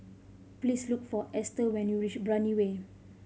please look for Ester when you reach Brani Way